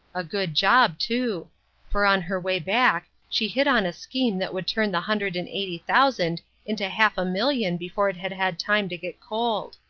a good job, too for on her way back she hit on a scheme that would turn the hundred and eighty thousand into half a million before it had had time to get cold.